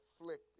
afflicted